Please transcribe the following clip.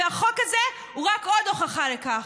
והחוק הזה הוא רק עוד הוכחה לכך.